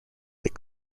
that